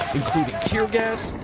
tear gas,